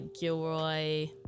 Gilroy